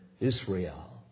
Israel